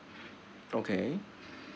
okay